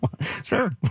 Sure